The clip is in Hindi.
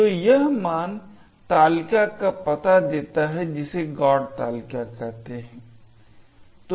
तो यह मान तालिका का पता देता है जिसे GOT तालिका कहते है